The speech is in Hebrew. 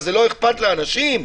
זה לא אכפת לאנשים?